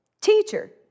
Teacher